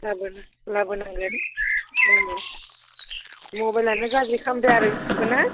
गाबोन लाबोनांगोन जोंनो मबाइलआनो गाज्रि खालामदों आरो ना